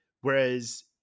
Whereas